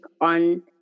on